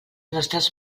nostres